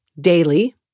Daily